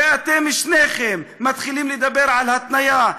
ואתם שניכם מתחילים לדבר על התניה.